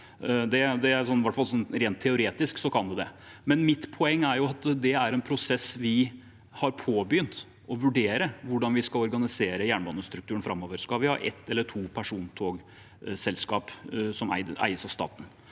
fall rent teoretisk kan det det. Mitt poeng er at det er en prosess, at vi har påbegynt å vurdere hvordan vi skal organisere jernbanestrukturen framover. Skal vi ha ett eller to persontogselskap som eies av staten?